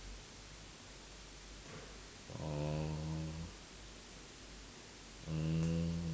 orh mm